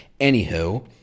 Anywho